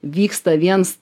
vyksta viens